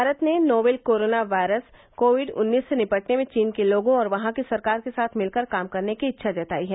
भारत ने novel corona virus COVID उन्नीस से निपटने में चीन के लोगों और वहां की सरकार के साथ मिलकर काम करने की इच्छा जताई है